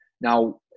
Now